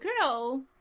girl